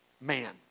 Man